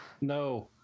no